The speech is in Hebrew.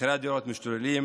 מחירי הדירות משתוללים,